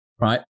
right